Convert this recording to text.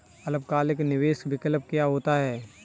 अल्पकालिक निवेश विकल्प क्या होता है?